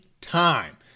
time